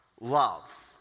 love